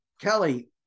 Kelly